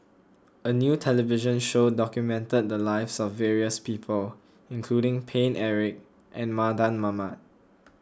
a new television show documented the lives of various people including Paine Eric and Mardan Mamat